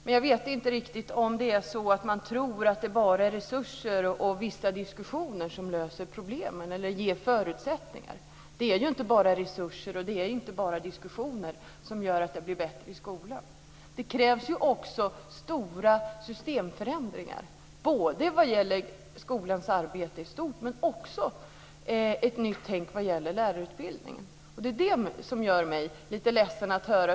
Men jag vet inte riktigt om det är så att man tror att det bara är resurser och vissa diskussioner som löser problemen eller ger förutsättningarna. Det är inte bara resurser och diskussioner som gör att det blir bättre i skolan. Det krävs ju också stora systemförändringar vad gäller skolans arbete i stort. Det krävs också ett nytt tänkande vad gäller lärarutbildningen. Det är det som gör mig lite ledsen.